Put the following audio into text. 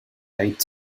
light